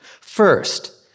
First